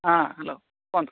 ହଁ ହ୍ୟାଲୋ କୁହନ୍ତୁ